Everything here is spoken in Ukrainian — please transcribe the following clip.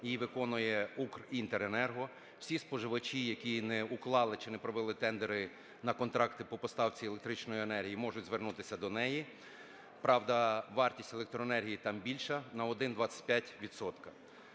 її виконує "Укрінтеренерго". Всі споживачі, які не уклали чи не провели тендери на контракти по поставці електричної енергії, можуть звернутися до неї, правда, вартість електроенергії там більша на 1,25